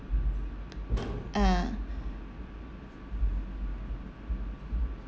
ah